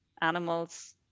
animals